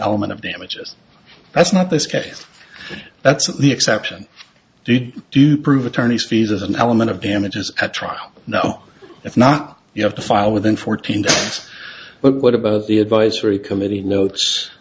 element of damages that's not this case that's the exception did do prove attorneys fees as an element of damages at trial no if not you have to file within fourteen days but what about the advisory committee